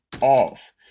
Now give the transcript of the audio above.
off